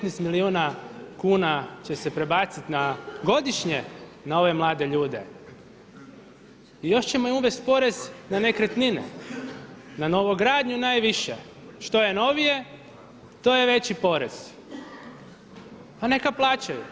115 milijuna kuna će se prebaciti na godišnje na ove mlade ljude i još ćemo im uvesti porez na nekretnine na novogradnju najviše, što je novije to je veći porez, pa neka plaćaju.